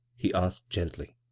he asked gently.